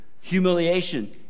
humiliation